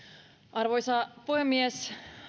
arvoisa puhemies